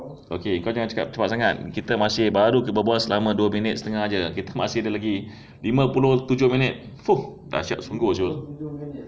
okay kau jangan cakap-cepat sangat kita masih baru bebual selama dua minit setengah jer kita masih ada lagi lima puluh tujuh minit !fuh! tak siap sungguh [siol]